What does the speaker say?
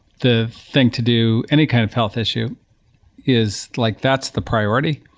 the thing to do, any kind of health issue is like that's the priority.